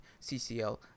CCL